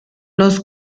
los